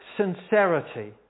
sincerity